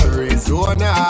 Arizona